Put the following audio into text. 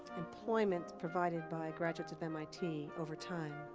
employment provided by graduates of mit over time.